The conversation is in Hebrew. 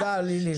תודה לילי.